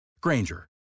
Granger